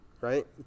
right